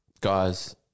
Guys